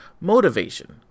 motivation